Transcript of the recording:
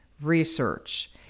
research